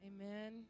Amen